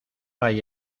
hay